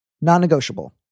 Non-negotiable